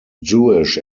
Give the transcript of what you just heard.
jewish